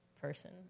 person